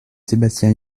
sébastien